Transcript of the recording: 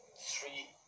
three